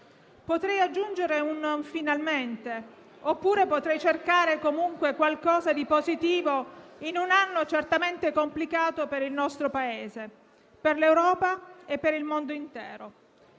Potrei aggiungere «finalmente» oppure potrei cercare comunque qualcosa di positivo in un anno certamente complicato per il nostro Paese, per l'Europa e per il mondo intero.